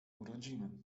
urodziny